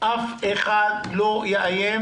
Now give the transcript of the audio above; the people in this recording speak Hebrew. אף אחד לא יאיים